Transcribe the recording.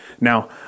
Now